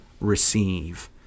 receive